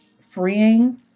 freeing